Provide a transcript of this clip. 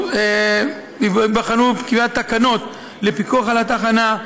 תיבחן קביעת תקנות לפיקוח על התחנה,